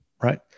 right